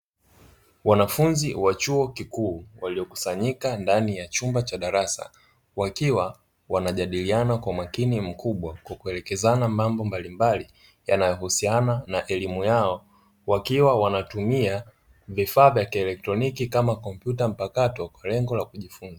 Wanafunzi wa chuo kikuu, waliokusanyika ndani ya chumba cha darasa, wakiwa wanajadiliana kwa makini mkubwa kuelekezana mambo mbalimbali yanayohusiana na elimu yao, wakiwa wanatumia vifaa vya kielektroniki kama kompyuta mpakato, kwa lengo la kujifunza.